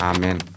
Amen